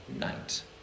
night